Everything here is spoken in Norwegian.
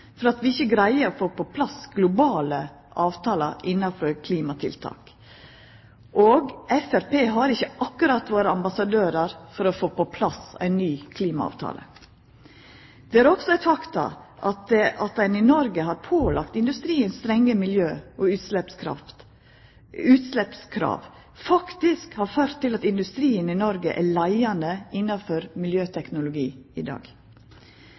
for at vi ikkje greier å få på plass globale avtaler innafor klimatiltak. Framstegspartiet har ikkje akkurat vore ambassadørar for å få på plass ei ny klimaavtale. Det er også eit faktum at det at ein i Noreg har pålagt industrien strenge miljø- og utsleppskrav, faktisk har ført til at industrien i Noreg er leiande innafor miljøteknologi i dag.